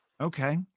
okay